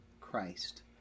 christ